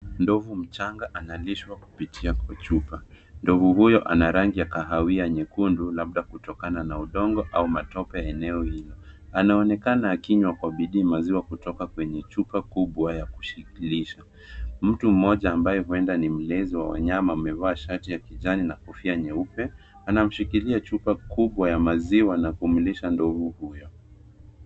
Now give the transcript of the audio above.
Ndovu mchanga analishwa kupitia kwa chupa. Ndovu huyo ana rangi ya kahawia nyekundu, labda kutokana na udongo au matope eneo hilo. Anaonekana akinywa kwa bidii maziwa kutoka kwenye chupa kubwa ya kushikilisha. Mtu mmoja ambaye huenda ni mlezi wa wanyama amevaa shati ya kijani na kofia nyeupe, anamshikilia chupa kubwa ya maziwa na kumlisha ndovu huyo.